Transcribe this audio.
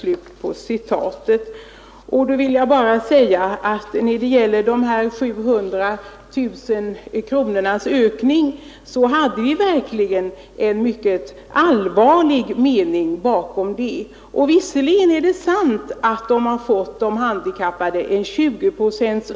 När det gäller denna ökning med 700 000 kronor hade vi verkligen en mycket allvarlig mening bakom. Visserligen är det sant att de handikappade fått en uppräkning med 20 procent.